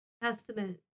testament